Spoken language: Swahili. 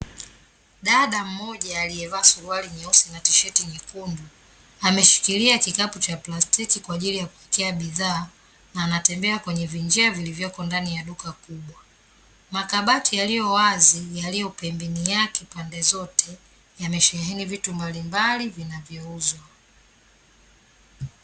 Dada mmoja aliyevaa suruali nyeusi na tisheti nyekundu ameshikilia kikapuu cha plastiki kwa ajili ya kuwekea bidhaa, na anatembea kwenye vinjia vilivyoko ndani ya duka kubwa. Makabati yaliyo wazi yaliyo pembeni yake pande zote, yamesheheni vitu mbali mbali vinavyouzwa.